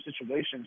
situations